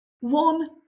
one